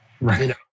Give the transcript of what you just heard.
Right